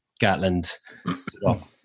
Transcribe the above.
Gatland